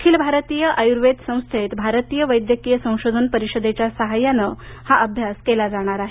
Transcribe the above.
अखिल भारतीय आयुर्वेद संस्थेत भारतीय वैद्यकीय संशोधन परिषदेच्या साहाय्यानं हा अभ्यास केला जाणार आहे